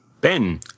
Ben